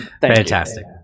Fantastic